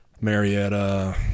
Marietta